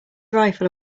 rifle